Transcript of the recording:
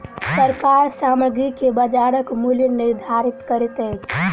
सरकार सामग्री के बजारक मूल्य निर्धारित करैत अछि